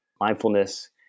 mindfulness